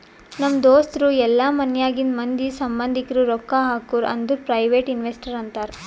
ನಮ್ ದೋಸ್ತರು ಇಲ್ಲಾ ಮನ್ಯಾಗಿಂದ್ ಮಂದಿ, ಸಂಭಂದಿಕ್ರು ರೊಕ್ಕಾ ಹಾಕುರ್ ಅಂದುರ್ ಪ್ರೈವೇಟ್ ಇನ್ವೆಸ್ಟರ್ ಅಂತಾರ್